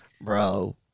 bro